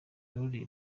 n’uriya